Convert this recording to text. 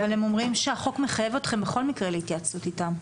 אבל הם אומרים שהחוק מחייב אתכם בכל מקרה להתייעצות איתם.